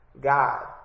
god